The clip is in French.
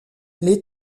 les